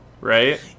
right